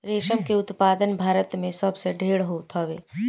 रेशम के उत्पादन भारत में सबसे ढेर होत हवे